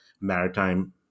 maritime